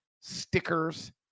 stickers